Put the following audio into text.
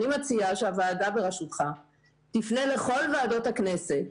אני מציעה שהוועדה בראשותך תפנה לכל וועדות הכנסת הרלוונטיות,